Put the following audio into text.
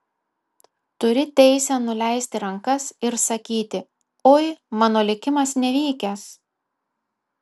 turi teisę nuleisti rankas ir sakyti oi mano likimas nevykęs